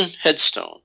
headstone